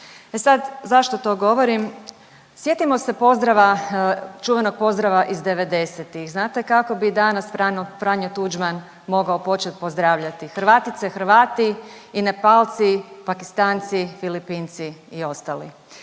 E sad, zašto to govorim? Sjetimo se pozdrava, čuvenog pozdrava iz '90.-tih znate kako bi danas Franjo Tuđman mogao početi pozdravljati, Hrvatice i Hrvati i Nepalci, Pakistanci, Filipinci i ostali.